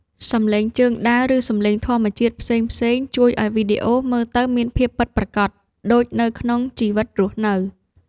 សំឡេងជើងដើរ ឬ សំឡេងធម្មជាតិផ្សេងៗជួយឱ្យវីដេអូមើលទៅមានភាពពិតប្រាកដដូចនៅក្នុងជីវិតរស់នៅ។